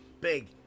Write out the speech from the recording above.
big